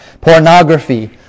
Pornography